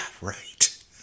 right